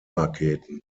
raketen